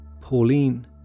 Pauline